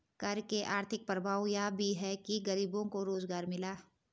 कर के आर्थिक प्रभाव यह भी है कि गरीबों को रोजगार मिला